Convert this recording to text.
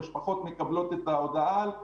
המשפחות מקבלות את ההודעה על כך.